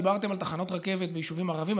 דיברתם על תחנות רכבת ביישובים ערביים,